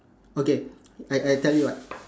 okay I I tell you what